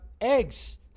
eggs